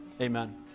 Amen